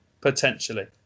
potentially